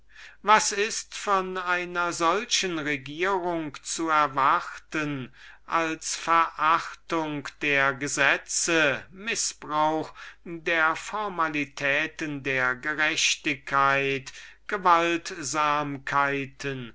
was ist von einer solchen regierung zu erwarten als verachtung aller göttlichen und menschlichen gesetze mißbrauch der formalitäten der gerechtigkeit